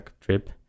trip